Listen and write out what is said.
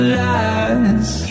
lies